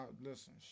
Listen